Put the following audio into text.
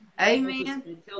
Amen